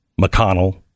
McConnell